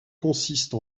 consiste